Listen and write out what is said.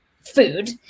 food